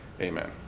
amen